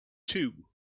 two